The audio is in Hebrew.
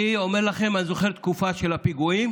אני אומר לכם, אני זוכר את התקופה של הפיגועים,